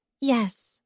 Yes